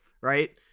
right